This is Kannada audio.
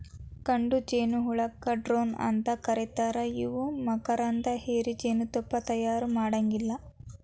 ಗಂಡು ಜೇನಹುಳಕ್ಕ ಡ್ರೋನ್ ಅಂತ ಕರೇತಾರ ಇವು ಮಕರಂದ ಹೇರಿ ಜೇನತುಪ್ಪಾನ ತಯಾರ ಮಾಡಾಂಗಿಲ್ಲ